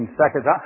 seconds